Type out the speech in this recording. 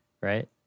right